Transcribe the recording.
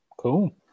Cool